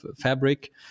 fabric